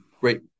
great